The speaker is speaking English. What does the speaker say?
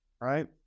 right